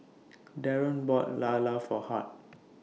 Daren bought Lala For Hart